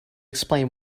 explain